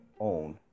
own